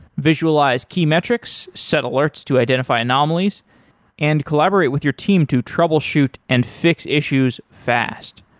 visualize key metrics, set alerts to identify anomalies and collaborate with your team to troubleshoot and fix issues fast.